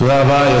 תודה רבה.